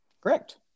Correct